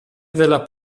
della